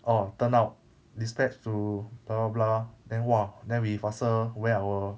orh turn out dispatched to blah blah blah then !wah! then we faster wear our